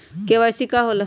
KYC का होला?